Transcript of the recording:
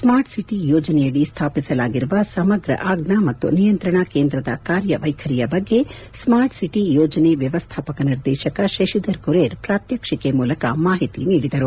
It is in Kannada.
ಸ್ಟಾರ್ಟ್ ಸಿಟಿ ಯೋಜನೆಯಡಿ ಸ್ಟಾಪಿಸಲಾಗಿರುವ ಸಮಗ್ರ ಆಜ್ಜಾ ಮತ್ತು ನಿಯಂತ್ರಣ ಕೇಂದ್ರದ ಕಾರ್ಯವೈಖರಿಯ ಬಗ್ಗೆ ಸ್ಪಾರ್ಟ್ ಸಿಟಿ ಯೋಜನೆ ವ್ಯವಸ್ಥಾಪಕ ನಿರ್ದೇತಕ ಶಶಿಧರ್ ಕುರೇರ್ ಪ್ರಾತ್ಪ್ಟಿಕೆ ಮೂಲಕ ಮಾಹಿತಿ ನೀಡಿದರು